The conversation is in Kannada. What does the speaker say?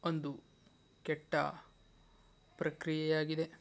ಒಂದು ಕೆಟ್ಟ ಪ್ರಕ್ರಿಯೆಯಾಗಿದೆ